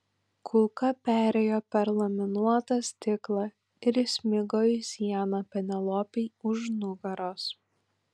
kulka perėjo per laminuotą stiklą ir įsmigo į sieną penelopei už nugaros